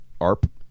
ARP